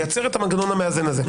לייצר את המנגנון המאזן הזה.